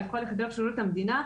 על כל יחידות שירות המדינה,